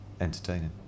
entertaining